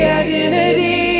identity